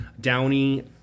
Downey